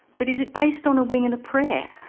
but is it based on a wing and prayer,